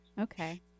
Okay